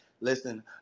Listen